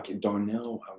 Darnell